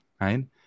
right